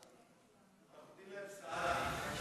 אנחנו נותנים להם סעדי.